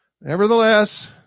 nevertheless